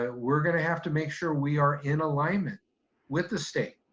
ah we're gonna have to make sure we are in alignment with the state.